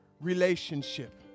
relationship